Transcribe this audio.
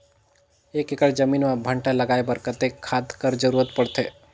एक एकड़ जमीन म भांटा लगाय बर कतेक खाद कर जरूरत पड़थे?